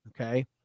okay